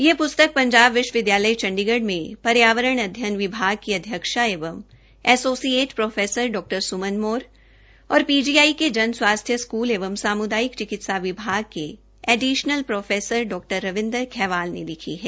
यह प्स्तक पंजाब विश्वविद्यालय चंडीगढ़ में पर्यावरण अध्ययन विभाग की अध्यक्षा एवम एसोसिएट प्रोफेसर डॉ स्मन मोर और पीजीआई के जन स्वास्थ्य स्कूल एवं साम्दायिक चिकित्सा विभाग के additional professor doctor Ravinder Khaiwal ने लिखी है